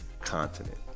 Continent